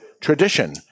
tradition